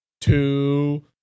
two